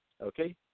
okay